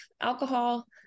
alcohol